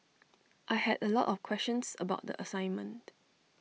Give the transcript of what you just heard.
I had A lot of questions about the assignment